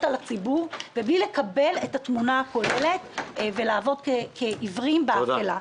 על הציבור ובלי לקבל את התמונה הכוללת ולעבוד כעיוורים באפלה.